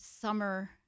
summer